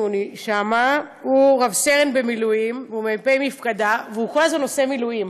הוא אמר לי: